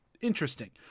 interesting